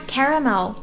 Caramel